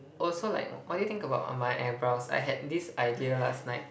also like w~ what do you think about my eyebrows I had this idea last night